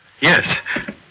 Yes